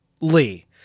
lee